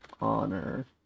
Honor